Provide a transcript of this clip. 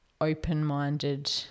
open-minded